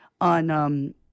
on